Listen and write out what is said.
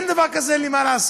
אין דבר כזה "אין לי מה לעשות".